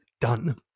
done